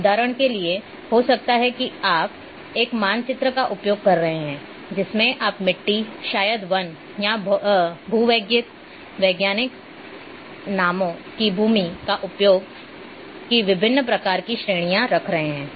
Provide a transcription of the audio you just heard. उदाहरणों के लिए हो सकता है कि आप एक मानचित्र का उपयोग कर रहे हों जिसमें आप मिट्टी शायद वन या भूवैज्ञानिक नामों की भूमि के उपयोग की विभिन्न प्रकार की श्रेणियां रख रहे हों